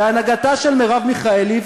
בהנהגתה של מרב מיכאלי,